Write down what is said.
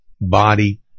body